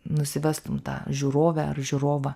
nusivestum tą žiūrovę ar žiūrovą